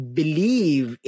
believe